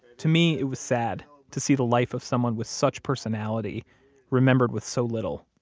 to me, it was sad to see the life of someone with such personality remembered with so little,